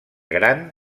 gran